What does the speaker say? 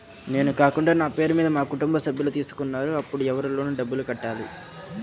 నేను కాకుండా నా పేరు మీద మా కుటుంబ సభ్యులు తీసుకున్నారు అప్పుడు ఎవరు లోన్ డబ్బులు కట్టాలి?